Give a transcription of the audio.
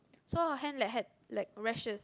so her hand like had like rashes